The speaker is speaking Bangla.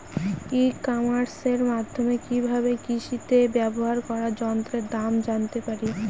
ই কমার্সের মাধ্যমে কি ভাবে কৃষিতে ব্যবহার করা যন্ত্রের দাম জানতে পারি?